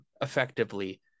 effectively